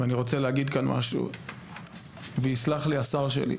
ואני רוצה להגיד כאן משהו ויסלח לי השר שלי,